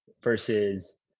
versus